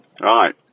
Right